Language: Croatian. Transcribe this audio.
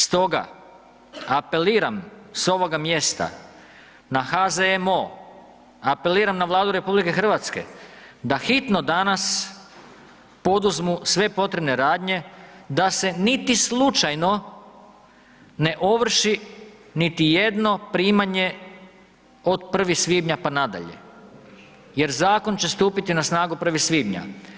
Stoga apeliram s ovoga mjesta na HZMO, apeliram na Vladu RH da hitno danas poduzmu sve potrebne radnje da se niti slučajno ne ovrši niti jedno primanje od 1. svibnja, pa nadalje jer zakon će stupiti na snagu 1. svibnja.